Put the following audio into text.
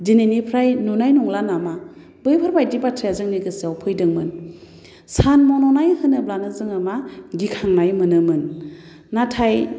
दिनैनिफ्राय नुनाय नंला नामा बैफोरबायदि बाथ्राया जोंनि गोसोयाव फैदोंमोन सान मन'नाय होनोब्लानो जोङो मा गिखांनाय मोनोमोन